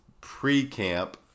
pre-camp